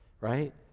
right